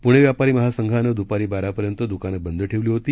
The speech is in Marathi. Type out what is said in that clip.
पुणे व्यापारी महासंघान दुपारी बारापर्यंत दुकान बद ठेवली होती